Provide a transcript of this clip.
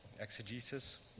exegesis